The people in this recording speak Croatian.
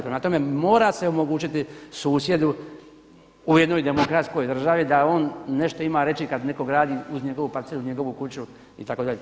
Prema tome, mora se omogućiti susjedu u jednoj demokratskoj državi da on nešto ima reći kada neko gradi uz njegovu parcelu, uz njegovu kuću itd.